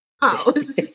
house